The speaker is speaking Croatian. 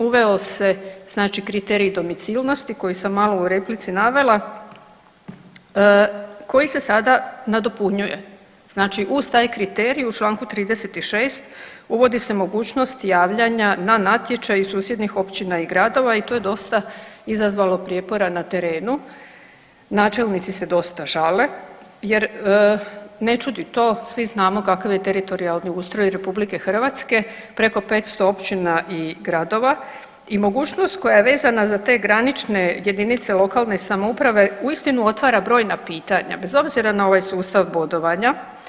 Uveo se znači kriterij domicilnosti koji sam malo u replici navela koji se sada nadopunjuje, znači uz taj kriterij u čl. 36. uvodi se mogućnost javljanja na natječaj susjedni općina i gradova i tu je dosta izazvalo prijepora na terenu, načelnici se dosta žale jer ne čudi to, svi znamo kakav je teritorijalni ustroj RH, preko 500 općina i gradova i mogućnost koja je vezana za te granične jedinice lokalne samouprave uistinu otvara brojna pitanja, bez obzira na ovaj sustav bodovanja.